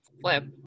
flip